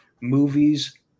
movies